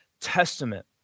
Testament